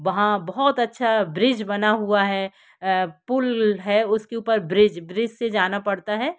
वहाँ बहुत अच्छा ब्रिज बना हुआ है पुल है उसके ऊपर ब्रिज ब्रिज से जाना पड़ता है